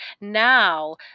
Now